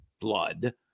blood